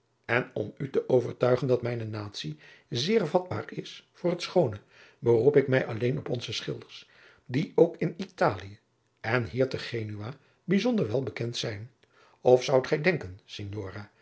en om u te overtuigen dat mijne natie zeer vatbaat is voor het schoone beroep ik mij alleen op onze schilders die ook in italie en hier te genua bijzonder wel bekend zijn of zoudt gij denken